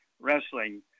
wrestling